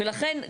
ולכן,